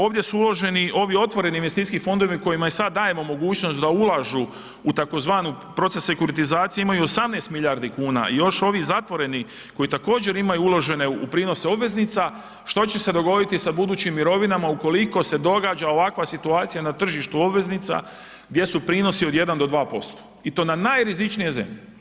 Ovdje su uloženi ovi otvoreni investicijski fondovi kojima sada dajemo mogućnost da ulažu u tzv. proces sekuritizacije imaju 18 milijardi kuna i još ovi zatvoreni koji također imaju uložene u prinos obveznica, što će se dogoditi sa budućim mirovinama ukoliko se događa ovakva situacija na tržištu obveznica gdje su prinosi od 1 do 2% i to na najrizičnije zemlje.